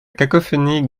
cacophonie